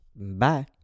bye